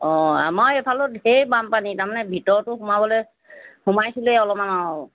অঁ আমাৰ এইফালেও ঢেৰ বানপানী তাৰমানে ভিতৰতো সোমাবলৈ সোমাইছিলেই অলমান আৰু